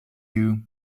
you